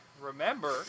remember